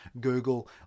Google